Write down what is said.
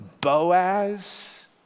Boaz